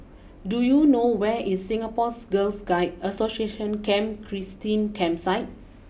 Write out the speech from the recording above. do you know where is Singapore Girl Guides Association Camp Christine Campsite